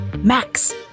Max